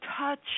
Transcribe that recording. touch